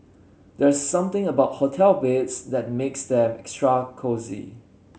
there's something about hotel beds that makes them extra cosy